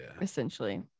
essentially